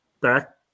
back